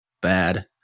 bad